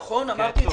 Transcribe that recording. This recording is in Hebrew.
נכון, אמרתי את זה.